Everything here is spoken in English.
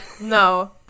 No